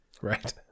Right